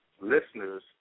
listeners